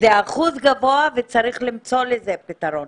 זה אחוז גבוה, וצריך למצוא לזה פתרון.